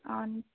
অঁ